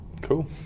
Cool